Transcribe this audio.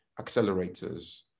accelerators